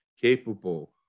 capable